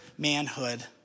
Manhood